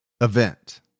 event